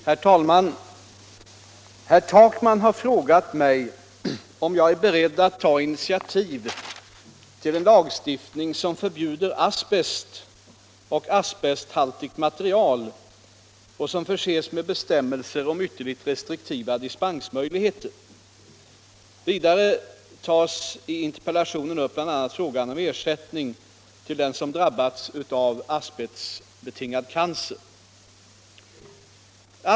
Herr talman! Herr Takman har frågat mig om jag är beredd att ta initiativ till en lagstiftning som förbjuder asbest och asbesthaltigt material och som förses med bestämmelser om ytterligt restriktiva dispensmöjligheter. Vidare tas i interpellationen upp bl.a. frågan om ersättning till den som drabbats av asbestbetingad cancer.